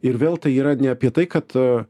ir vėl tai yra ne apie tai kad